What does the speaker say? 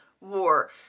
war